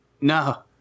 No